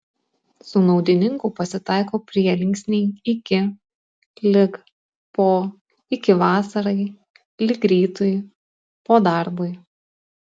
su naudininku pasitaiko prielinksniai iki lig po iki vasarai lig rytui po darbui